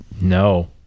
No